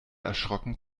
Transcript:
erschrocken